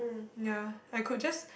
ya I could just